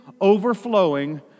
overflowing